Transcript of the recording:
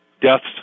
deaths